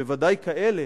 בוודאי כאלה